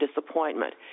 disappointment